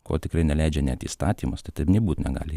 ko tikrai neleidžia net įstatymas tai taip nebūtina gali